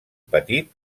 petit